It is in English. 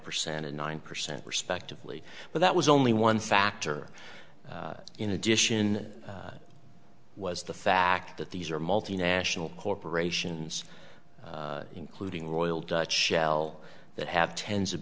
percent and nine percent respectively but that was only one factor in addition was the fact that these are multinational corporations including royal dutch shell that have tens of